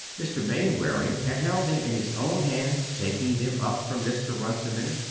mr. mainwaring had held them in his own hands, taking them up from mr. runciman,